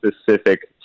specific